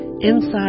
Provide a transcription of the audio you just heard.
inside